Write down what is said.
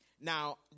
Now